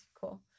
Cool